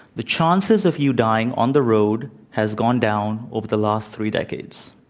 the chances of you dying on the road has gone down over the last three decades,